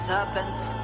Serpents